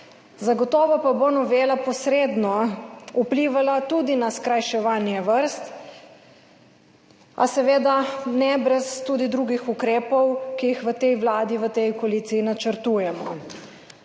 Zagotovo pa bo novela posredno vplivala tudi na skrajševanje vrst, a seveda ne brez tudi drugih ukrepov, ki jih v tej vladi, v tej koaliciji načrtujemo.